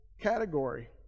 category